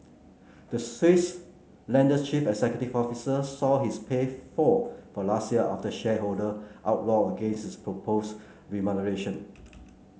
the Swiss lender's chief executive officer saw his pay fall for last year after shareholder uproar against his proposed remuneration